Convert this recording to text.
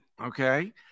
Okay